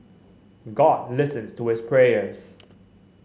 god listens to his prayers